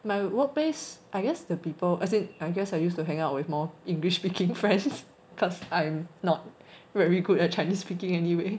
my workplace I guess the people as in I guess I used to hang out with more english speaking friends because I'm not very good at chinese speaking anyway